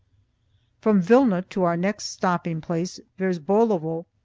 from vilna to our next stopping place, verzbolovo,